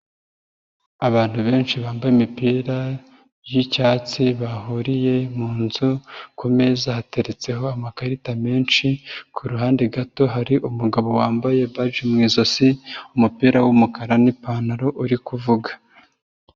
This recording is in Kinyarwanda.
Abantu benshi bambaye imipira y'icyatsi bahuriye mu nzu, kumeza hateretseho amakarita menshi, ku ruhande gato hari umugabo wambaye baji mu ijosi, umupira w'umukara n'ipantaro uri kuvuga.